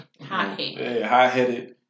high-headed